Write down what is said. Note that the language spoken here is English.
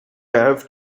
have